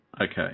okay